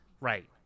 Right